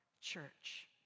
church